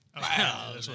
Wow